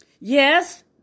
Yes